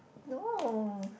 no